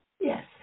Yes